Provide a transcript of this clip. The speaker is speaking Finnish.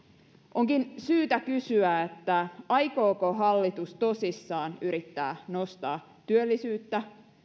onkin syytä kysyä aikooko hallitus tosissaan yrittää nostaa työllisyyttä